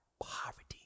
poverty